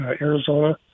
Arizona